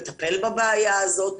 לטפל בבעיה הזאת,